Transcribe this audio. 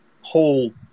whole